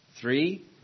three